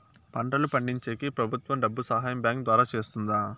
పంటలు పండించేకి ప్రభుత్వం డబ్బు సహాయం బ్యాంకు ద్వారా చేస్తుందా?